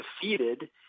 defeated